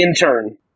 intern